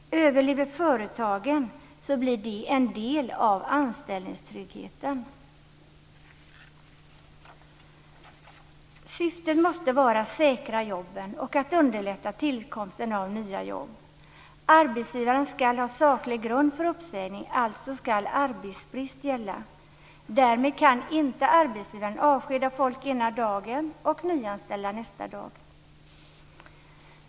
Överlever företagen så blir det en del av anställningstryggheten. Syftet måste vara att säkra jobben och underlätta tillkomsten av nya jobb. Arbetsgivaren ska ha saklig grund för en uppsägning. Alltså ska arbetsbrist gälla. Därmed kan inte arbetsgivaren avskeda folk ena dagen och nyanställa nästa dag.